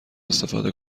استفاده